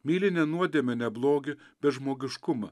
myli ne nuodėmę ne blogį bet žmogiškumą